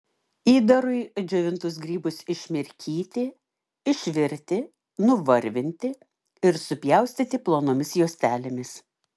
įdarui džiovintus grybus išmirkyti išvirti nuvarvinti ir supjaustyti plonomis juostelėmis